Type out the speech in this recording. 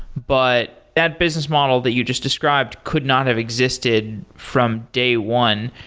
but that business model that you just described could not have existed from day one.